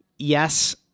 Yes